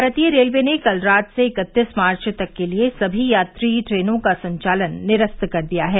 भारतीय रेलवे ने कल रात से इकत्तीस मार्च तक के लिए समी यात्री ट्रेनों का संचालन निरस्त कर दिया है